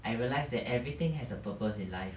I realise that everything has a purpose in life